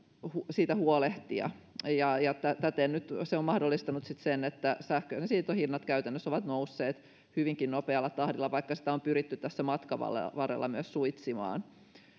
huolehtia täten nyt se on mahdollistanut sitten sen että sähkön siirtohinnat käytännössä ovat nousseet hyvinkin nopealla tahdilla vaikka sitä on pyritty tässä matkan varrella myös suitsimaan